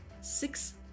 six